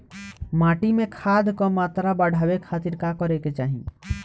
माटी में खाद क मात्रा बढ़ावे खातिर का करे के चाहीं?